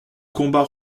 combat